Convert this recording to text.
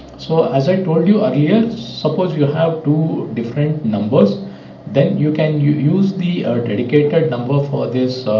so as i told you are years suppose you have two different numbers then you can you use the dedicated number for this